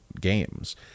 games